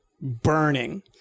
burning